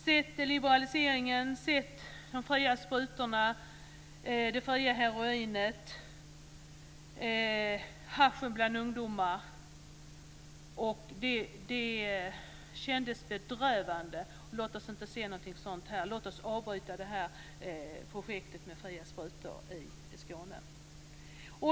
Där såg vi liberaliseringen, de fria sprutorna, det fria heroinet och haschen bland ungdomar. Det kändes bedrövande. Låt oss inte se någonting sådant här! Låt oss avbryta det här projektet med fria sprutor i Skåne!